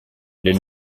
les